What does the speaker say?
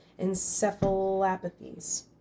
encephalopathies